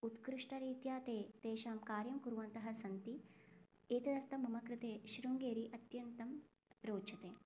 उत्कृष्टरीत्या ते तेषां कार्यं कुर्वन्तः सन्ति एतदर्थं मम कृते शृङ्गेरी अत्यन्तं रोचते